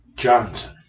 Johnson